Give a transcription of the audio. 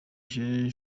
jean